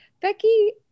Becky